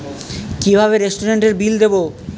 কিভাবে রেস্টুরেন্টের বিল দেবো?